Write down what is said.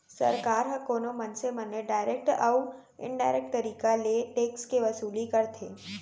सरकार ह कोनो मनसे मन ले डारेक्ट अउ इनडारेक्ट तरीका ले टेक्स के वसूली करथे